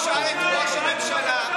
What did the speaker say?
תשאל את ראש הממשלה,